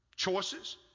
Choices